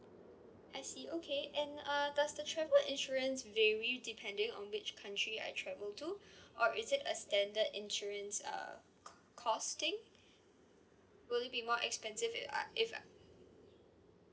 I see okay and uh does the travel insurance vary depending on which country I travel to or is it a standard insurance uh costing will it be more expensive if uh if uh